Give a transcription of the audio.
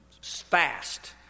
Fast